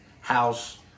House